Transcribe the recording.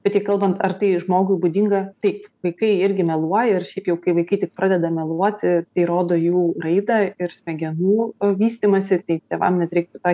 bet jei kalbant ar tai žmogui būdinga taip vaikai irgi meluoja ir šiaip jau kai vaikai tik pradeda meluoti tai rodo jų raidą ir smegenų vystymąsi tai tėvam net reiktų tą